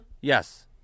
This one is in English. Yes